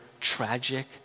tragic